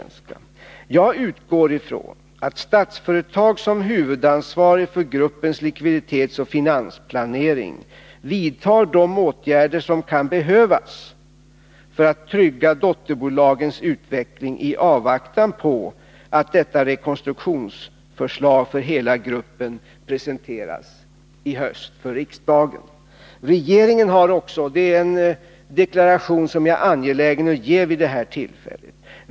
För min del utgår jag ifrån att Statsföretag som huvudansvarig för gruppens likviditetsoch finansplanering, i avvaktan på att detta rekonstruktionsförslag för hela gruppen presenteras i höst för riksdagen, vidtar de åtgärder som kan behövas för att trygga dotterbolagens utveckling.